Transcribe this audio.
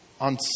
On